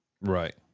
Right